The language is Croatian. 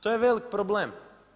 To je velik problem.